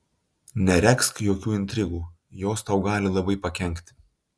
neregzk jokių intrigų jos tau gali labai pakenkti